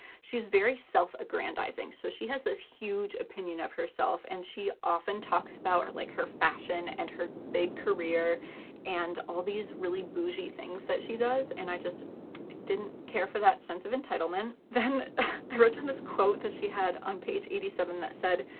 she's very self-aggrandizing, so she has this huge opinion of herself, and she often talks about her, like, her fashion and her big career and all these really bougie things that she does, and i just didn't care for that sense of entitlement. then i wrote on this quote that she had on page eighty seven that said,